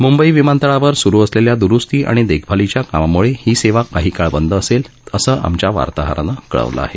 मुंबई विमानतळावर सुरु असलेल्या द्रुस्ती आणि देखभालीच्या कामामुळे ही सेवा काही काळ बंद असेल असं आमच्या वार्ताहरानं कळवलं आहे